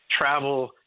travel